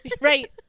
Right